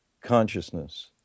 consciousness